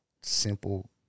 Simple